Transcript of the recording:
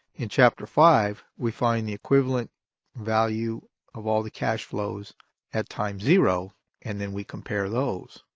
in chapter five we find the equivalent value of all the cash flows at time zero and then we compare those.